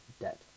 debt